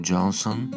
Johnson